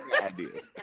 ideas